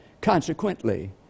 Consequently